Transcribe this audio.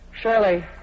Shirley